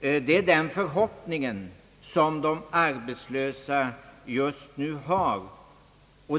Det är den förhoppningen som de arbetslösa just nu har.